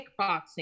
kickboxing